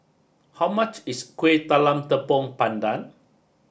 how much is Kuih Talam Tepong Pandan